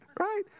Right